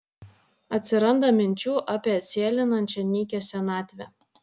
atsiranda minčių apie atsėlinančią nykią senatvę